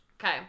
Okay